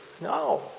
no